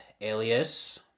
Alias